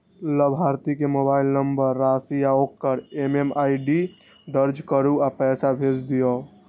लाभार्थी के mobile number, राशि आ ओकर एम.एम.आई.डी दर्ज करू आ पैसा भेज दियौ